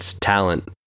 talent